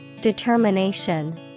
Determination